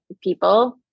people